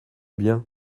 bien